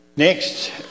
Next